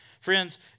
Friends